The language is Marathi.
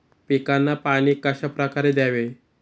पिकांना पाणी कशाप्रकारे द्यावे?